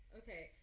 okay